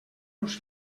uns